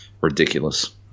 ridiculous